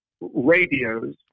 radios